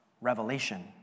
Revelation